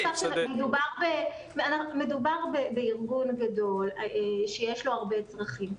אל תשכח שמדובר בארגון גדול שיש לו הרבה צרכים,